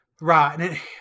Right